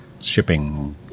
shipping